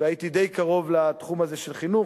והייתי די קרוב לתחום הזה של חינוך.